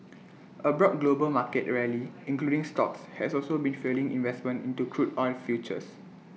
A broad global market rally including stocks has also been fuelling investment into crude oil futures